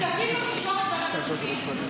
את ועדת הכספים,